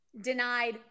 denied